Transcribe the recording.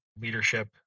leadership